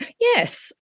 yes